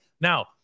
Now